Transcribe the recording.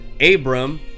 Abram